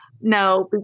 no